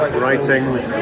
writings